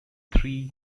three